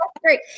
Great